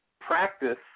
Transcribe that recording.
practice